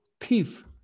thief